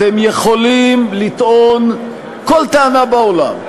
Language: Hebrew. אתם יכולים לטעון כל טענה בעולם,